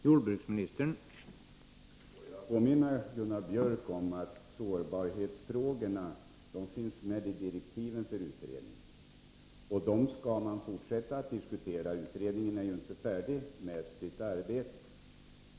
Herr talman! Får jag påminna Gunnar Björk i Gävle om att sårbarhetsfrågorna finns med i direktiven för utredningen, och dem skall man fortsätta att diskutera. Utredningen är ju inte färdig med sitt arbete.